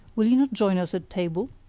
will you not join us at table?